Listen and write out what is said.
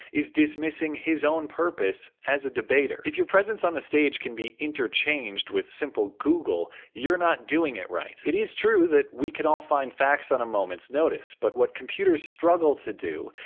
is dismissing his own purpose as a debater. if your presence on the stage can be interchanged with simple google, you're not doing it right. it is true, that we can all find facts on a moment's notice. but what computers struggle to do,